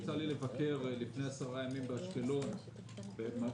יצא לי לבקר לפני עשרה ימים באשקלון במלונית